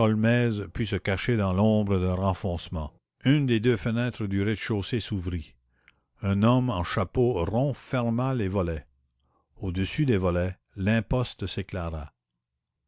put se cacher dans l'ombre d'un renfoncement une des deux fenêtres du rez-de-chaussée s'ouvrit un homme en chapeau rond ferma les volets au-dessus des volets l'imposte s'éclaira